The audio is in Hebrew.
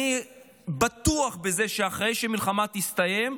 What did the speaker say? אני בטוח בזה שאחרי שהמלחמה תסתיים,